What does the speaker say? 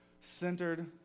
centered